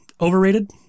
Overrated